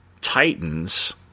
Titans